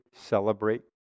celebrate